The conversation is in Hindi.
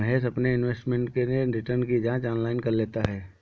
महेश अपने इन्वेस्टमेंट के लिए रिटर्न की जांच ऑनलाइन कर लेता है